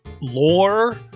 lore